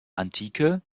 antike